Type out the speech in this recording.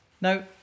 Now